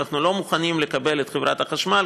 אנחנו לא מוכנים לקבל את חברת החשמל